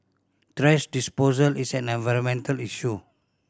thrash disposal is an environmental issue